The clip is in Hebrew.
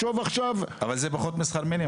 זה פחות משכר מינימום.